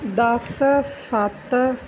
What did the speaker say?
ਦਸ ਸੱਤ